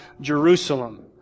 Jerusalem